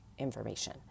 information